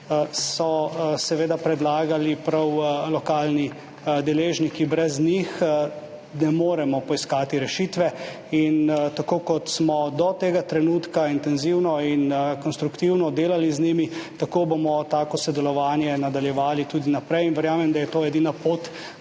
so seveda predlagali prav lokalni deležniki. Brez njih ne moremo poiskati rešitve. Tako, kot smo do tega trenutka intenzivno in konstruktivno delali z njimi, tako bomo tako sodelovanje nadaljevali tudi naprej in verjamem, da je to edina pot,